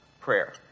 Prayer